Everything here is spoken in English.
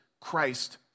Christ